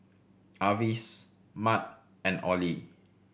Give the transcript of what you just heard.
Avis Matt and Ollie